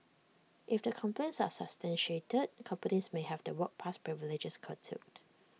if the complaints are substantiated companies may have their work pass privileges curtailed